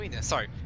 sorry